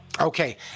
okay